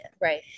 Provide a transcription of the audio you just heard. Right